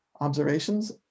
observations